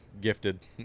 gifted